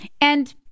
And-